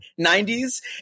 90s